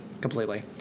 completely